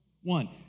One